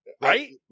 right